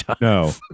No